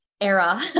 era